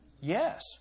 Yes